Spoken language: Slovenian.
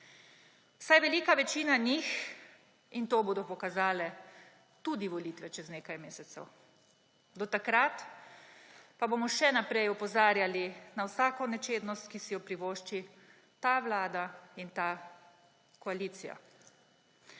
vsaj velika večina njih, in to bodo pokazale tudi volitve čez nekaj mesecev. Do takrat pa bomo še naprej opozarjali na vsako nečednost, ki so jo privošči ta vlada in ta koalicija.